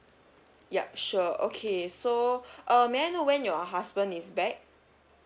yup sure okay so uh may I know when your husband is back